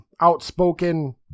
Outspoken